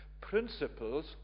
principles